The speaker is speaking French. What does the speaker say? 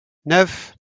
neuf